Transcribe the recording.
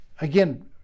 Again